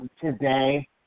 today